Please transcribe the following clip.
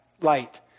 light